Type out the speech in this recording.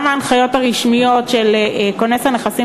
וגם ההנחיות הרשמיות של כונס הנכסים